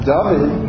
David